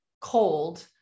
cold